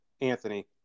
Anthony